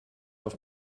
auf